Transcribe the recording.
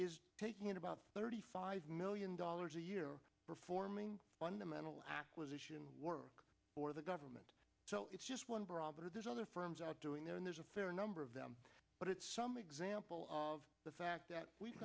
is taking in about thirty five million dollars a year performing fundamental acquisition work for the government so it's just one barometer there's other firms out doing their own there's a fair number of them some example of the fact that we've